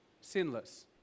sinless